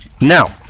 Now